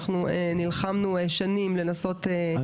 אנחנו נלחמנו שנים לנסות לקבל תקנים ולא היה שום מענה.